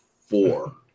four